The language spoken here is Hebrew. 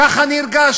כך אני הרגשתי.